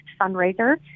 fundraiser